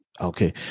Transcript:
Okay